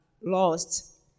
lost